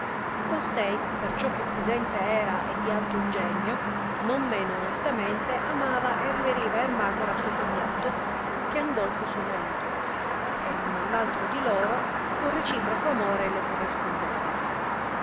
costei perciò che prudente era e di alto ingegno non meno onestamente amava e riveriva ermacora suo cognato che andolfo suo marito e l uno e v altro di loro con reciproco amore le correspondeva